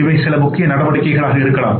இவை சில முக்கிய நடவடிக்கைகளாக இருக்கலாம்